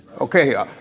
Okay